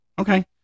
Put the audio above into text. Okay